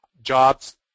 Jobs